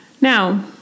Now